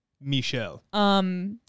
Michelle